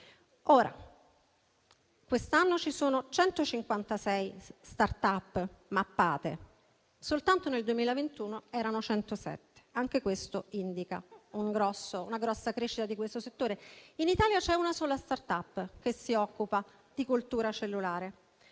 Quest'anno ci sono 156 *startup* mappate; soltanto nel 2021 erano 107. Anche questo indica una grossa crescita di questo settore. In Italia c'è una sola *startup* che si occupa di coltura cellulare,